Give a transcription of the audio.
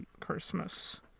Christmas